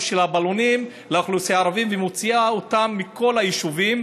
של הבלונים לאוכלוסייה הערבית ומוציאים אותה מכל היישובים,